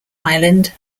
island